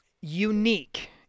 unique